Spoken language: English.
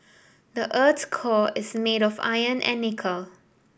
the earth's core is made of iron and nickel